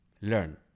learn